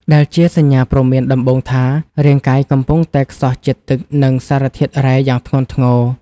ដែលជាសញ្ញាព្រមានដំបូងថា រាងកាយកំពុងតែខ្សោះជាតិទឹក និងសារធាតុរ៉ែយ៉ាងធ្ងន់ធ្ងរ។